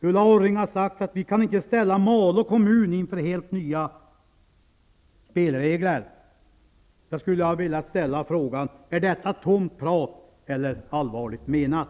Ulla Orring har sagt att vi inte kan ställa Malå kommun inför helt nya spelregler. Jag skulle ha velat ställa frågan: Är detta tomt prat eller allvarligt menat?